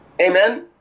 Amen